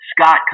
Scott